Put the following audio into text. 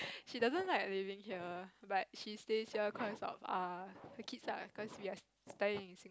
she doesn't like living here but she stays here cause of uh the kids lah cause we're studying